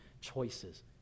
choices